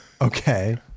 Okay